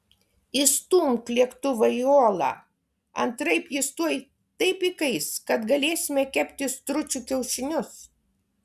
įstumk lėktuvą į olą antraip jis tuoj taip įkais kad galėsime kepti stručių kiaušinius